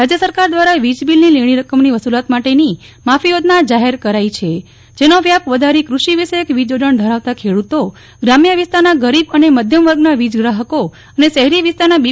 રાજ્ય સરકાર દ્વારા વીજ બિલની લેણી રકમની વસૂલાત માટેની માફી યોજના જાહેર કરાઇ છે જેનો વ્યાપ વધારી ક્રષિવિષયક વીજ જોડાણ ધરાવતા ખેડૂતો ગ્રામ્ય વિસ્તારના ગરીબ અને મધ્યમ વર્ગના વીજ ગ્રાહકો અને શહેરી વિસ્તારના બી